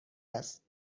است